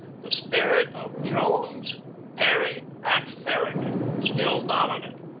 the spirit of jones perry, and farragut still dominant,